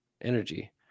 energy